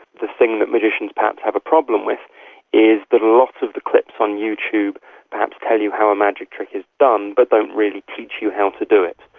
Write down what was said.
the thing that magicians perhaps have a problem with is that but a lot of the clips on youtube perhaps tell you how a magic trick is done but don't really teach you how to do it,